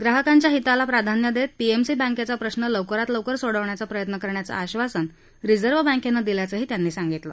ग्राहकांच्या हिताला प्राधान्य देत पीएमसी बँकेचा प्रश्न लवकरात लवकर सोडवण्याचा प्रयत्न करण्याचं आश्वासन रिजर्व बँकेनं दिल्याचंही त्यांनी सांगितलं